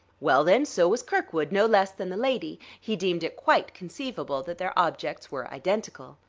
well, then, so was kirkwood, no less than the lady he deemed it quite conceivable that their objects were identical.